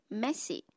messy，